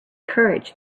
courage